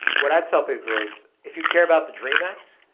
what i tell people is if you care about the dream act,